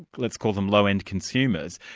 let's call them low-end consumers,